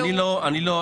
בסדר אני אומר אני לא,